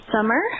summer